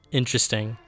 interesting